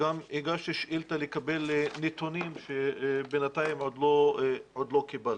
וגם הגשתי שאילתה לקבל נתונים שבינתיים עוד לא קיבלתי.